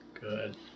Good